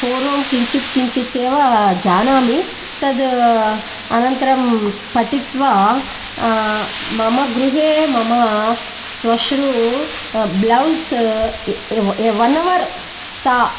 पूर्वं किञ्चित् किञ्चित् एव जानामि तत् अनन्तरं पठित्वा मम गृहे मम श्वश्रू ब्लौस् वन् अवर् सा